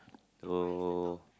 oh